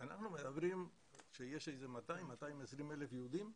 אנחנו מדברים שיש 200,000, 220,000 יהודים.